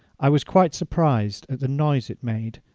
i was quite surprised at the noise it made,